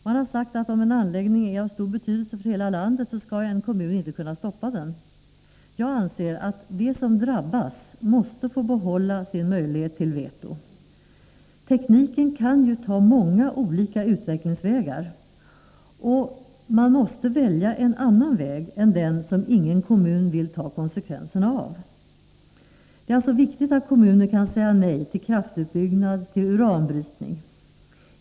Man har sagt att om en anläggning är av stor betydelse för hela landet skall inte en kommun kunna stoppa den. Jag anser att de som drabbas måste få behålla sin möjlighet till veto. Tekniken kan ju följa många olika utvecklingsvägar, och man måste välja en annan väg än den som ingen kommun vill ta konsekvenserna av. Det är viktigt att kommuner kan säga nej till kraftutbyggnad och uranbrytning.